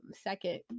second